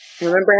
Remember